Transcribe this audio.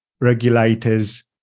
regulators